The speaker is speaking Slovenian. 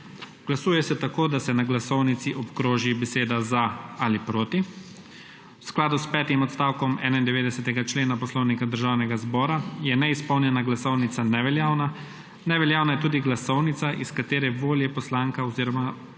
Glasuje se tako, da se na glasovnici obkroži beseda za ali beseda proti. V skladu s petim odstavkom 91. člena Poslovnika Državnega zbora je neizpolnjena glasovnica neveljavna. Neveljavna je tudi glasovnica, iz katere volja poslanke oziroma poslanca